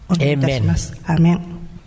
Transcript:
Amen